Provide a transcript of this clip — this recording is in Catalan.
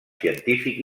científic